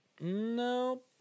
no